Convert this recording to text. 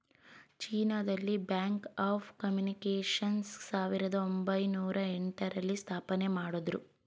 China ದಲ್ಲಿ bank of communications ಸಾವಿರದ ಒಂಬೈನೊರ ಎಂಟ ರಲ್ಲಿ ಸ್ಥಾಪನೆಮಾಡುದ್ರು